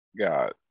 got